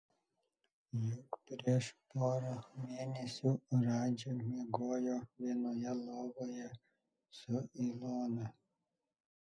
juk prieš porą mėnesių radži miegojo vienoje lovoje su ilona